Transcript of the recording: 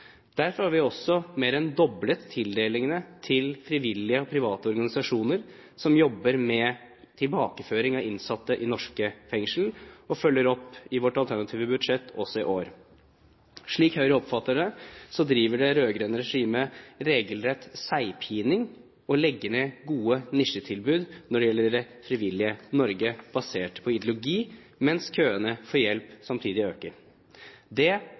Derfor har vi også mer enn doblet tildelingen til frivillige, private organisasjoner, som jobber med tilbakeføring av innsatte i norske fengsler, og følger opp i vårt alternative budsjett også i år. Slik Høyre oppfatter det, driver det rød-grønne regimet regelrett seigpining og legger ned gode nisjetilbud når det gjelder det frivillige Norge, basert på ideologi, mens køene for hjelp samtidig øker. Det